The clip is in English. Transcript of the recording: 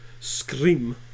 Scream